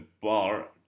bar